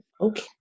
Okay